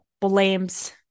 blames